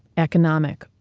economic,